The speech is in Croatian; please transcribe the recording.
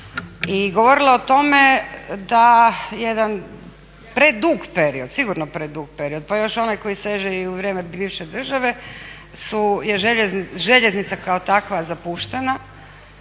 i govorila o tome da jedan predug period, sigurno predug period pa još onaj koji seže i u vrijeme bivše države je željeznica kao takva zapuštana,